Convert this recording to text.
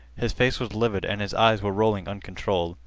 his face was livid and his eyes were rolling uncontrolled.